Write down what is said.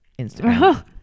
Instagram